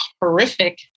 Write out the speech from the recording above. horrific